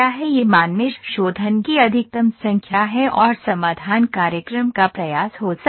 यह मान मेष शोधन की अधिकतम संख्या है और समाधान कार्यक्रम का प्रयास हो सकता है